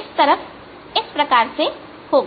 इस तरफ इस प्रकार से होगा